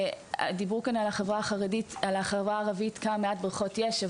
דיברו כאן על החברה החרדית והחברה הערבית וכמה מעט בריכות יש.